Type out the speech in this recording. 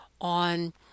on